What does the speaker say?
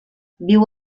viu